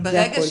זה הכול.